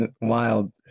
wild